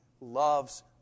loves